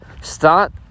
start